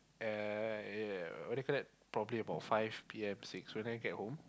uh what do you call that probably about five P_M six when I get home